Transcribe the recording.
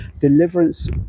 deliverance